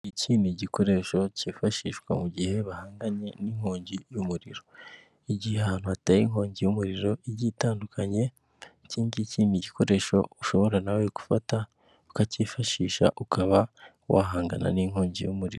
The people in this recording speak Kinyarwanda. Iki ni igikoresho cyifashishwa mu gihe bahanganye n'inkongi y'umuriro, igihano hateye inkongi y'umuriro igiye itandukanye, igikoresho ushobora nawe gufata ukacyifashisha ukaba wahangana n'inkongi y'umuriro.